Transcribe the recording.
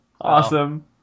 Awesome